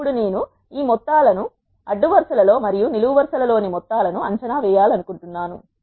ఇప్పుడు నేను ఈ మొత్తాలను అడ్డు వరసలలో మరియు నిలువు వరసలలో ని మొత్తాలను అంచనా వేయాలనుకుంటున్నాను